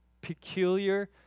peculiar